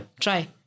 try